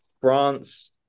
france